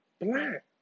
Black